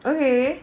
okay